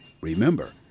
Remember